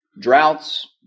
droughts